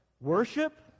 worship